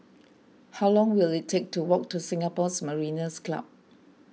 how long will it take to walk to Singapore Mariners' Club